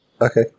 Okay